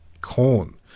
Corn